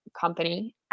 company